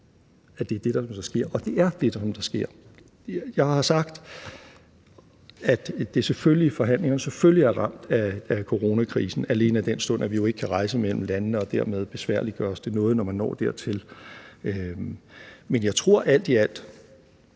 det er det, der sker. Og det er det, som sker. Jeg har sagt, at forhandlingerne selvfølgelig er ramt af coronakrisen, alene af den stund at vi jo ikke kan rejse mellem landene, og dermed besværliggøres det noget, når man når dertil. Men jeg tror alt i alt,